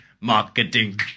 Marketing